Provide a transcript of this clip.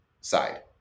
side